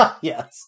Yes